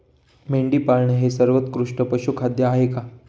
मेंढी पाळणे हे सर्वोत्कृष्ट पशुखाद्य आहे का?